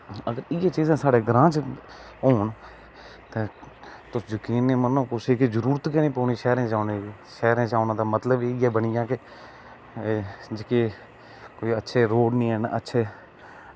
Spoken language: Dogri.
ते इयै चीजां साढ़े ग्रांऽ च होन ते जकीन मन्नो कुसै गी जरूरत निं पौनी शैह्रे ई जाने दी शैह्रे ई जाने दा मतलब इयै बनी गेआ की एह् कि जेह्के कोई अच्छे रोड़ निं है'न